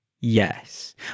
Yes